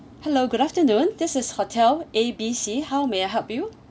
hello good afternoon this is hotel A B C how may I help you